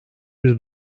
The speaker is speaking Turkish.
yüz